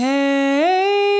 Hey